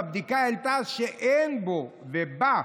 והבדיקה העלתה שאין בו ובה,